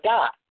God